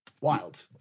Wild